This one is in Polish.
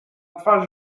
twarz